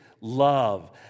love